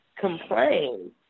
complain